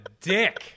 dick